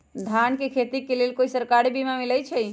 धान के खेती के लेल कोइ सरकारी बीमा मलैछई?